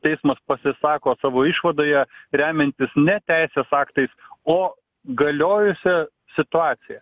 teismas pasisako savo išvadoje remiantis ne teisės aktais o galiojusia situacija